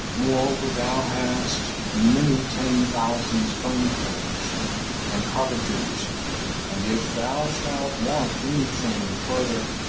moreover, thou hast many ten thousand stone cutters and carpenters and if thou shalt want any thing further,